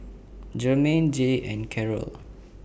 Germaine Jay and Carole